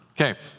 Okay